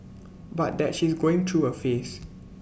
but that she's going through A phase